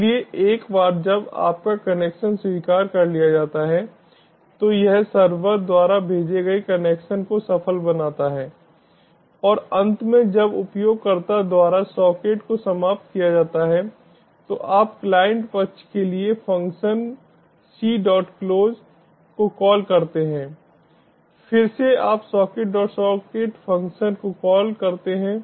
इसलिए एक बार जब आपका कनेक्शन स्वीकार कर लिया जाता है तो यह सर्वर द्वारा भेजे गए कनेक्शन को सफल बनाता है और अंत में जब उपयोगकर्ता द्वारा सॉकेट को समाप्त किया जाता है तो आप क्लाइंट पक्ष के लिए फ़ंक्शन cclose को कॉल करते हैं फिर से आप socketsocket फ़ंक्शन को कॉल करते हैं